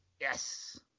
Yes